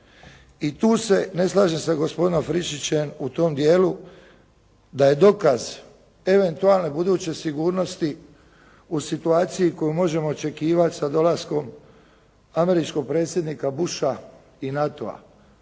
i tu se ne slažem sa gospodinom Friščićem u tom dijelu da je dokaz eventualne buduće sigurnosti u situaciji koju možemo očekivati sa dolaskom američkog predsjednika Busha i NATO-a,